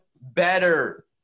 better